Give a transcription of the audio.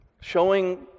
Showing